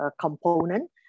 component